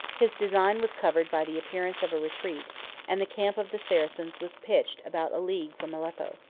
his design was covered by the appearance of a retreat and the camp of the saracens was pitched about a league from aleppo.